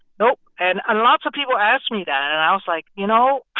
nope. and and lots of people asked me that, and i was like, you know,